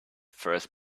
first